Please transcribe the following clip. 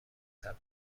ثبت